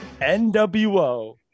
NWO